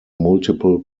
multiple